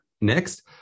Next